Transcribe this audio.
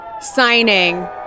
signing